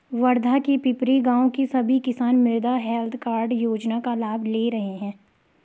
वर्धा के पिपरी गाँव के सभी किसान मृदा हैल्थ कार्ड योजना का लाभ ले रहे हैं